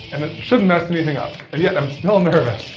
and it shouldn't mess anything up, and yet, i'm still nervous.